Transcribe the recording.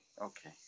Okay